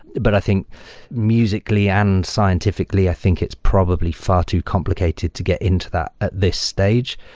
but i think musically and scientifically i think it's probably far too complicated to get into that at this stage.